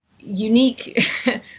unique